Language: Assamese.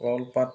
কলপাত